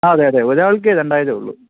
ആ അതെയതെ ഒരാൾക്കു രണ്ടായിരമേ ഉള്ളൂ